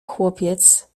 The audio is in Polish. chłopiec